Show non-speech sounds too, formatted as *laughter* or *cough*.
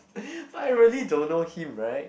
*noise* but I really don't know him right